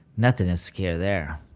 nothing is secure there.